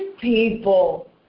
people